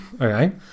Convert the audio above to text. Okay